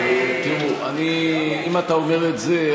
אם אתה אומר את זה,